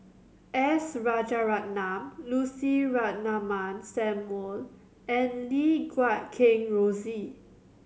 S Rajaratnam Lucy Ratnammah Samuel and Lim Guat Kheng Rosie